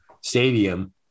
Stadium